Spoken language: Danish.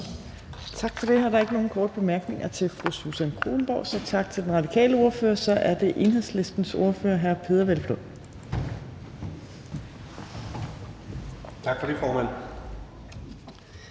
Tak for det. Der er ikke nogen korte bemærkninger til fru Susan Kronborg, så vi siger tak til den radikale ordfører. Så er det Enhedslistens ordfører, hr. Peder Hvelplund. Kl. 15:04 (Ordfører)